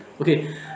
okay